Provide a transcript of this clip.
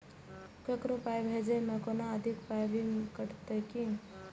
ककरो पाय भेजै मे कोनो अधिक पाय भी कटतै की?